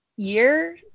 year